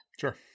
Sure